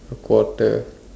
a quarter